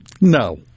No